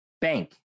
bank